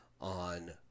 on